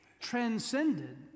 transcended